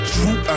True